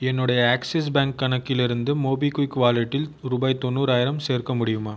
என்னுடைய Axis bank கணக்கிலிருந்து MobiKwik வாலெட்டில் ரூபாய் தொண்ணுறாயிரம் சேர்க்க முடியுமா